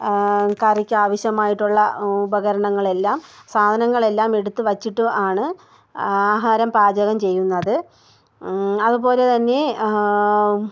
കറിക്കാവശ്യമായിട്ടുള്ള ഉപകരണങ്ങൾ എല്ലാം സാധനങ്ങൾ എല്ലാം എടുത്ത് വെച്ചിട്ട് ആണ് ആഹാരം പാചകം ചെയ്യുന്നത് അതുപോലെത്തന്നെ